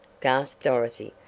gasped dorothy.